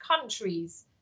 countries